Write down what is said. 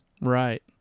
Right